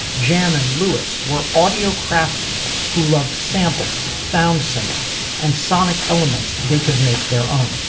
jam and lewis were audio craftsmen who love samples found samples and sonic elements they could make their own